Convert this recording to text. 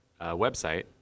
website